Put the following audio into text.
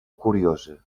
curiosa